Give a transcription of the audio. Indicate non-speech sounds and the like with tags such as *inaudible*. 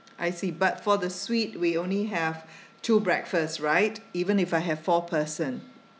I see but for the suite we only have *breath* two breakfast right even if I have four person